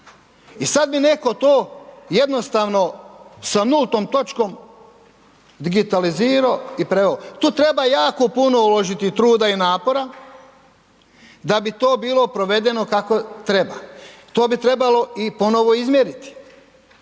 I sada bi netko to jednostavno sa nultom točkom digitalizirao i preveo. Tu treba jako puno uložiti truda i napora da bi to bilo provedeno kako treba. To bi trebalo i ponovo izmjeriti.